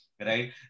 right